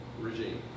regime